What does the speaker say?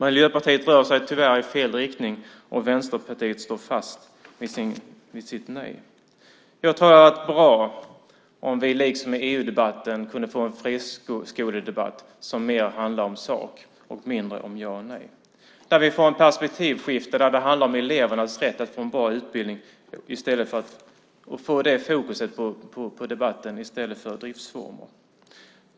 Miljöpartiet rör sig tyvärr i fel riktning, och Vänsterpartiet står fast vid sitt nej. Jag tror att det hade varit bra om vi liksom i EU-debatten hade kunnat få en friskoledebatt som mer handlar om sak och mindre om ja och nej. Då skulle vi få ett perspektivskifte där det handlar om elevernas rätt att få en bra utbildning. Vi skulle få det fokuset på debatten i stället för på driftsformer.